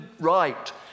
right